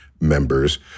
members